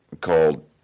called